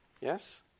Yes